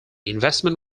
investment